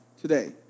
today